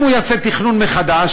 אם הוא יעשה תכנון מחדש,